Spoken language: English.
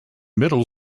middle